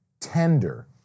tender